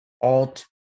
alt